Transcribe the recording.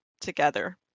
together